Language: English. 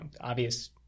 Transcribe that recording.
obvious